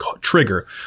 trigger